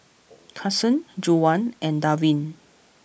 Cason Juwan and Darvin